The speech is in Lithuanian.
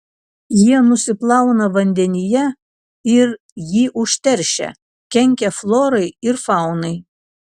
jie nusiplauna vandenyje ir jį užteršia kenkia florai ir faunai